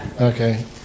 okay